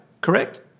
correct